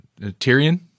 Tyrion